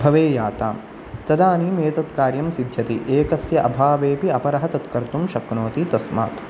भवेयाताम् तदानीम् एतत् कार्यं सिद्ध्यति एकस्य अभावेऽपि अपरः तत् कर्तुं शक्नोति तस्मात्